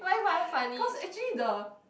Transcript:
cause actually the